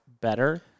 better